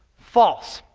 false.